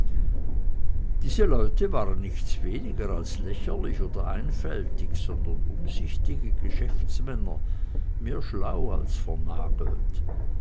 diese leute waren nichts weniger als lächerlich oder einfältig sondern umsichtige geschäftsmänner mehr schlau als vernagelt